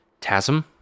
Tasm